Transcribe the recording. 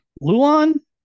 Luan